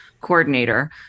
coordinator